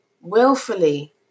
willfully